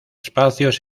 espacios